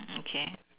okay